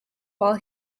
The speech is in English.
while